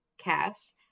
Cast